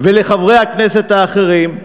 ולחברי הכנסת האחרים,